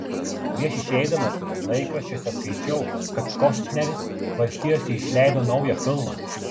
prieš išeidamas laikraščiuose skaičiau kad kostneris valstijose išleido naują filmą